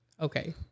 Okay